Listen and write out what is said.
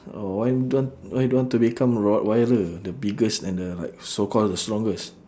oh why don't why don't want to become rottweiler the biggest and the like so call the strongest